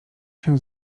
się